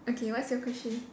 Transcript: okay what's your question